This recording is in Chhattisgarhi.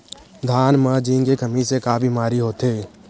धान म जिंक के कमी से का बीमारी होथे?